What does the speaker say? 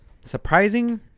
Surprising